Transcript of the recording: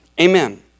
Amen